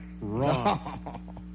Wrong